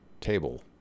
table